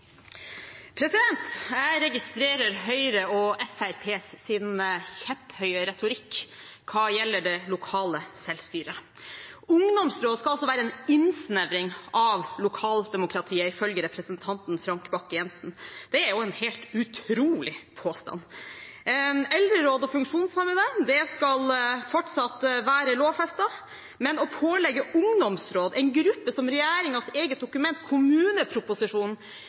lokale selvstyret. Ungdomsråd skal altså være en innsnevring av lokaldemokratiet, ifølge representanten Frank Bakke-Jensen. Der er en helt utrolig påstand. Eldreråd og funksjonshemmedes råd skal fortsatt være lovfestet, men det å lovpålegge ungdomsråd, en gruppe som regjeringens eget dokument, kommuneproposisjonen,